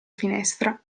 finestra